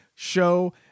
show